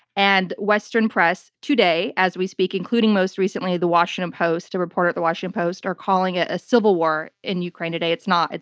and western press today as we speak, including most recently, the washington post-a reporter at the washington post-are calling it a civil war in ukraine today. it's not.